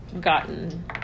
gotten